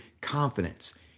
confidence